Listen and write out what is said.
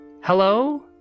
Hello